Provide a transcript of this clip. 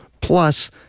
Plus